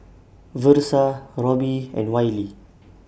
Versa Roby and Wiley